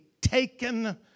taken